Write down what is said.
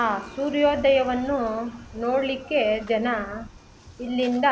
ಆ ಸೂರ್ಯೋದಯವನ್ನು ನೋಡಲಿಕ್ಕೆ ಜನ ಇಲ್ಲಿಂದ